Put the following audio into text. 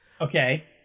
Okay